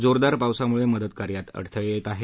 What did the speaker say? जोरदार पावसामुळे मदतकार्यात अडथळे येत आहेत